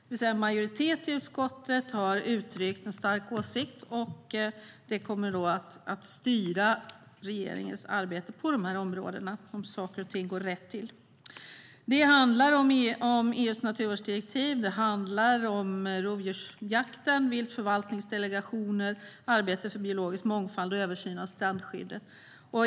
En majoritet i utskottet har alltså uttryckt en stark åsikt, och detta kommer att styra regeringens arbete på de områdena, om saker och ting går rätt till. Det handlar om EU:s naturvårdsdirektiv, rovdjursjakten, viltförvaltningsdelegationer, arbete för biologisk mångfald och översyn av strandskyddet.